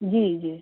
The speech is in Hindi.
जी जी